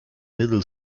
middle